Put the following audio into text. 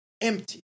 empty